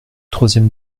troisième